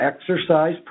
exercise